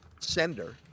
sender